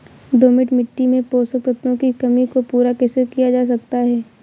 दोमट मिट्टी में पोषक तत्वों की कमी को पूरा कैसे किया जा सकता है?